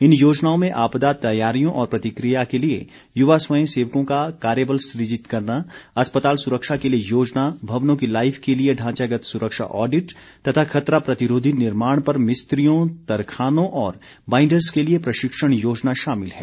इन योजनाओं में आपदा तैयारियों और प्रतिक्रिया के लिए युवा स्वयं सेवकों का कार्यबल सुजित करना अस्पताल सुरक्षा के लिए योजना भवनों की लाइफ के लिए ढांचागत सुरक्षा ऑडिट तथा खतरा प्रतिरोधी निर्माण पर मिस्त्रियों तरखानों और बांइडर्स के लिए प्रशिक्षण योजना शामिल है